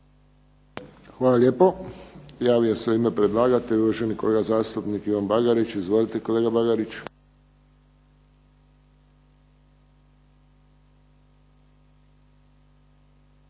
Hvala lijepo. Javio se u ime predlagatelja uvaženi kolega zastupnik Ivan BAgarić. Izvolite kolega Bagarić.